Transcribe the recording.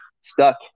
stuck